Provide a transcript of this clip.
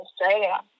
Australia